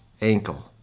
ankle